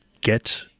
get